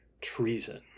Treason